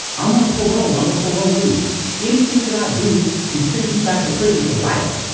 i'm on parole. i'm a parolee anything that i do can send me back to prison for life.